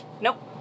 Nope